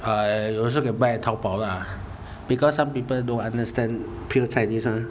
uh also can buy at Taobao lah because some people don't understand pure chinese mah